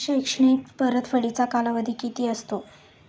शैक्षणिक परतफेडीचा कालावधी किती असतो?